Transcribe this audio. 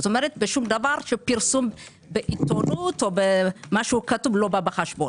כלומר שום דבר בפרסום בעיתונות או משהו כתוב לא בא בחשבון.